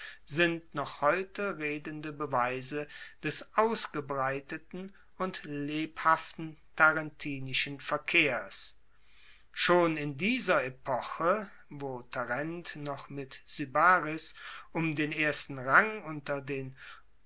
sind noch heute redende beweise des ausgebreiteten und lebhaften tarentinischen verkehrs schon in dieser epoche wo tarent noch mit sybaris um den ersten rang unter den